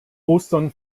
ostern